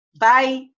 Bye